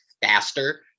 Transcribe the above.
Faster